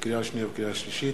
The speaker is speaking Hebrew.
לקריאה שנייה ולקריאה שלישית: